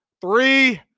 three